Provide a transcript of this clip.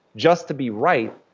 just to be right.